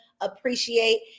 appreciate